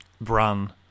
Bran